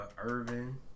Irvin